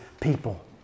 people